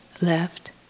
left